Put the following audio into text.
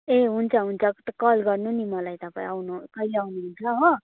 ए हुन्छ हुन्छु कल गर्नु नि मलाई तपाईँ आउनु कहिले आउनु हुन्छ हो